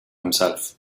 himself